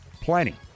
plenty